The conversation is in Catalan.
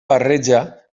barreja